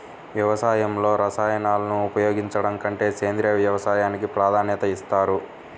వ్యవసాయంలో రసాయనాలను ఉపయోగించడం కంటే సేంద్రియ వ్యవసాయానికి ప్రాధాన్యత ఇస్తారు